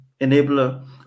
enabler